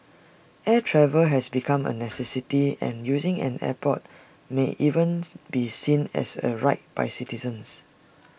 air travel has become A necessity and using an airport may even be seen as A right by citizens